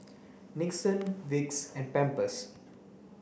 Nixon Vicks and Pampers